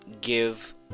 give